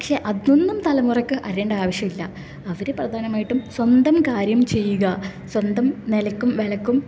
പക്ഷേ അതൊന്നും തലമുറക്ക് അറിയേണ്ട ആവശ്യമില്ല അവർ പ്രധാനമായിട്ടും സ്വന്തം കാര്യം ചെയ്യുക സ്വന്തം നിലക്കും വിലക്കും